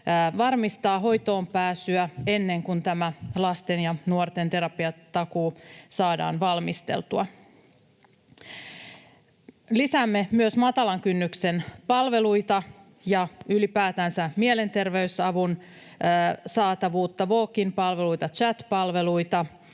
varmistaa hoitoonpääsyä ennen kuin tämä lasten ja nuorten terapiatakuu saadaan valmisteltua. Lisäämme myös matalan kynnyksen palveluita ja ylipäätänsä mielenterveysavun saatavuutta, walk-in-palveluita, chat-palveluita,